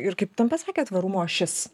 ir kaip ten pasakė tvarumo ašis